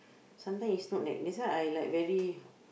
sometimes it's not like that's why I like very